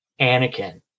Anakin